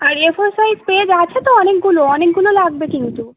আর A four size page আছে তো অনেকগুলো অনেকগুলো লাগবে কিন্তু